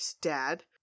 Dad